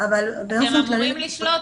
אתם אמורים לשחות